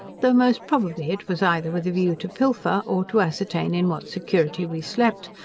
though most probably it was either with a view to pilfer, or to ascertain in what security we slept,